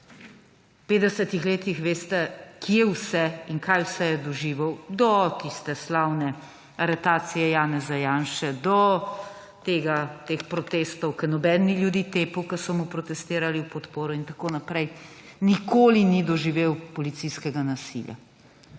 petdesetih letih, veste, kje vse in kaj vse je doživel, do tiste slavne aretacije Janeza Janše, do protestov, ko nihče ni ljudi tepel, ki so mu protestirali v podporo, nikoli ni doživel policijskega nasilja.